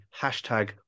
hashtag